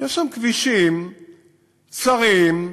יש שם כבישים צרים,